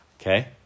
Okay